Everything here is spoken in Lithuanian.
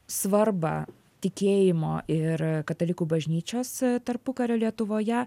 svarbą tikėjimo ir katalikų bažnyčios tarpukario lietuvoje